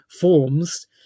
forms